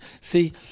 See